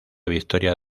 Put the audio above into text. victoria